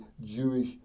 Jewish